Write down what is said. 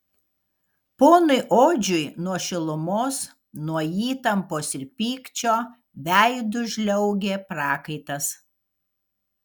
ponui odžiui nuo šilumos nuo įtampos ir pykčio veidu žliaugė prakaitas